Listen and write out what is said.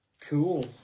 Cool